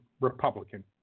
Republican